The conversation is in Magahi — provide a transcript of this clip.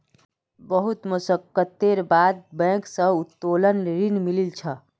बहुत मशक्कतेर बाद बैंक स उत्तोलन ऋण मिलील छ